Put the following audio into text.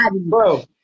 Bro